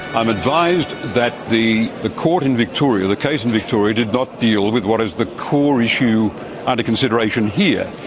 i'm advised that the the court in victoria, the case in victoria did not deal with what is the core issue under consideration here,